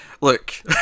look